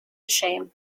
shame